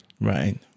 Right